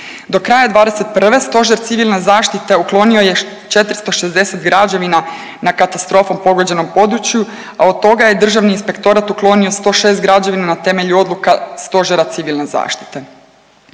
Do kraja '21. Stožer civilne zaštite uklonio je 460 građevina na katastrofom pogođenom području, a od toga je Državni inspektorat uklonio 106 građevina na temelju odluka Stožera civilne zaštite.